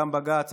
גם בג"ץ,